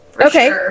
okay